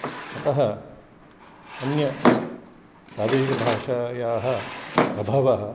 अतः अन्यप्रादेशिकभाषायाः प्रभावः